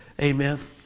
Amen